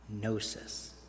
Gnosis